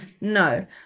No